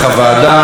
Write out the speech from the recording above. עברו.